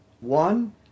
One